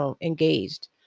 engaged